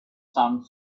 some